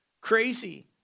crazy